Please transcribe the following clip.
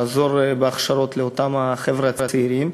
לעזור בהכשרות לאותם חבר'ה צעירים,